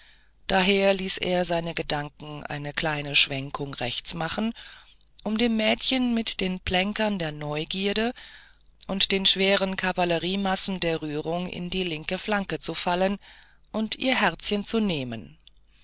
daher ließ er seine gedanken eine kleine schwenkung rechts machen um dem mädchen mit den plänklern der neugierde und mit den schweren kavalleriemassen der rührung in die linke flanke zu fallen und ihr herzchen zu nehmen